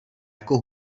jako